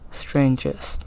strangers